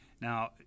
now